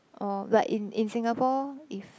orh like in in Singapore if